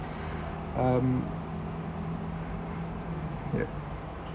um ya